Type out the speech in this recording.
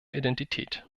identität